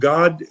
God